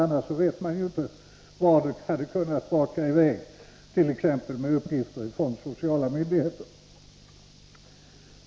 Annars vet vi ju inte varthän det hade kunnat braka i väg, t.ex. när det gäller uppgifter från sociala myndigheter.